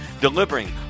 Delivering